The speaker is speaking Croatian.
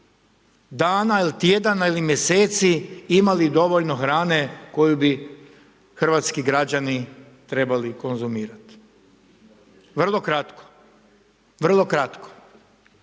dana ili tjedana ili mjeseci imali dovoljno hrane koju bi hrvatski građani trebali konzumirat, vrlo kratko, vrlo kratko.